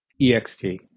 EXT